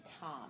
Tom